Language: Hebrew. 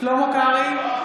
שלמה קרעי,